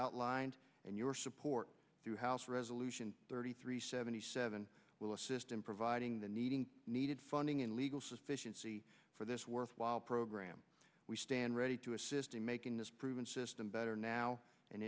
outlined and your support through house resolution thirty three seventy seven will assist in providing the needing needed funding in legal suspicion for this worthwhile program we stand ready to assist in making this proven system better now and